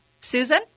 Susan